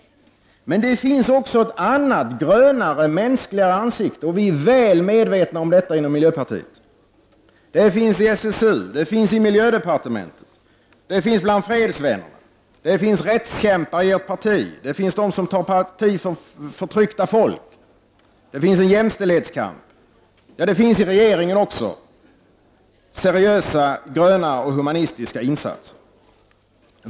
Men det finns också ett grönare, mänskligare ansikte, och det är vi väl medvetna om i miljöpartiet. Det finns inom SSU och inom miljödepartementet. Det finns bland fredsvänner. Det finns rättskämpar inom ert parti och medlemmar som tar parti för förtryckta folk, och det förekommer en jämställdhetskamp. Också inom regeringen görs seriösa gröna och humanistiska insatser.